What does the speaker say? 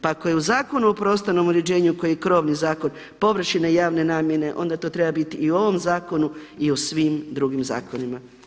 Pa ako je u Zakonu o prostornom uređenju koji je krovni zakon površine javne namjene, onda to treba biti i u ovom zakonu i u svim drugim zakonima.